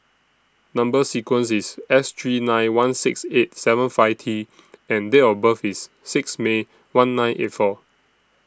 Number sequence IS S three nine one six eight seven five T and Date of birth IS six May one nine eight four